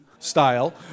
style